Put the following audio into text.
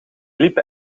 liepen